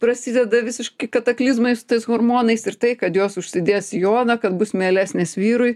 prasideda visiški kataklizmai su tais hormonais ir tai kad jos užsidės sijoną kad bus mielesnės vyrui